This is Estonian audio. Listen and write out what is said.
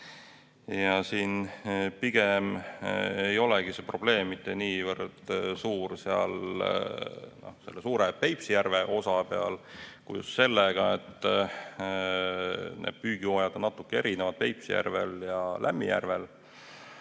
Siin pigem ei olegi probleem mitte niivõrd suur selle suure Peipsi järve osa peal kui just sellega, et püügihooajad on natuke erinevad Peipsi järvel ja Lämmijärvel.